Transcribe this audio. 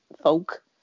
folk